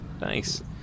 Nice